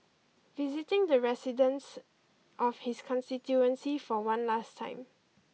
visiting the residents of his constituency for one last time